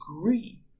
agree